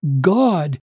God